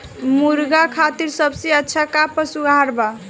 मुर्गा खातिर सबसे अच्छा का पशु आहार बा?